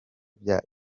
bya